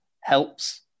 helps